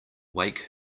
wake